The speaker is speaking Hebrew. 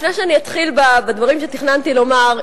לפני שאני אתחיל בדברים שתכננתי לומר,